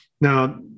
Now